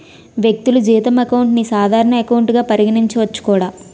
వ్యక్తులు జీతం అకౌంట్ ని సాధారణ ఎకౌంట్ గా పరిగణించవచ్చు కూడా